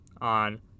on